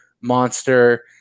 monster